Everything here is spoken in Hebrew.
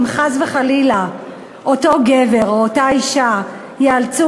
אם חס וחלילה אותו גבר או אותה אישה ייאלצו